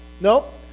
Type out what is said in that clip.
Nope